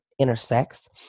intersects